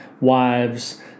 Wives